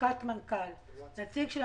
מלשכת מנכ"ל.